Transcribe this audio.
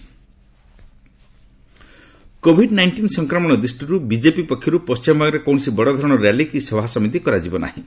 BJP rally COVID nineteen ସଂକ୍ରମଣ ଦୃଷ୍ଟିରୁ BJP ପକ୍ଷରୁ ପଶ୍ଚିମବଙ୍ଗରେ କୌଣସି ବଡ଼ଧରଣର ର୍ୟାଲି କି ସଭା ସମିତି କରାଯିବ ନାହିଁ